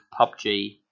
PUBG